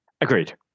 Agreed